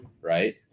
Right